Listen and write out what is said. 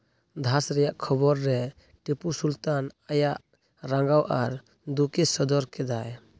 ᱫᱷᱟᱸᱥ ᱨᱮᱭᱟᱜ ᱠᱷᱚᱵᱚᱨ ᱨᱮ ᱴᱤᱯᱩ ᱥᱩᱞᱛᱟᱱ ᱟᱭᱟᱜ ᱨᱟᱸᱜᱟᱣ ᱟᱨ ᱫᱩᱠᱮ ᱥᱚᱫᱚᱨ ᱠᱮᱫᱟᱭ